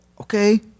Okay